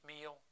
meal